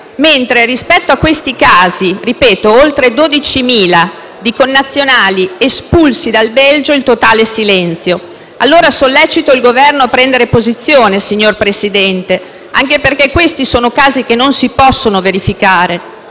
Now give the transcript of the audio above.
mentre rispetto a questi casi - ripeto oltre 12.000 - di connazionali espulsi dal Belgio c'è il totale silenzio. Sollecito allora il Governo a prendere posizione, signor Presidente, anche perché questi casi non si possono verificare.